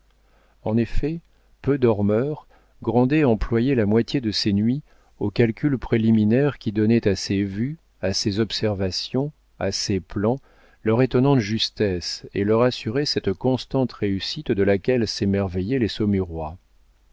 en effet peu dormeur grandet employait la moitié de ses nuits aux calculs préliminaires qui donnaient à ses vues à ses observations à ses plans leur étonnante justesse et leur assuraient cette constante réussite de laquelle s'émerveillaient les